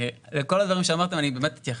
לכל הדברים שאמרתם אני באמת אתייחס.